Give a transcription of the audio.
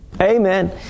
Amen